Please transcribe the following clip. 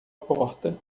porta